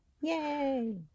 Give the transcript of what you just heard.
Yay